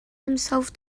himself